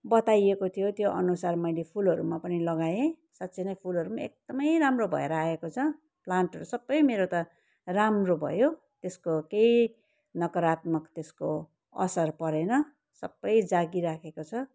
बताइएको थियो त्योअनुसार मैले फुलहरूमा पनि लगाएँ साँच्ची नै फुलहरू पनि एकदमै राम्रो भएर आएको छ प्लान्टहरू सबै मेरो त राम्रो भयो त्यसको केही नकारात्मक त्यसको असर परेन सबै जागिराखेको छ